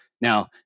now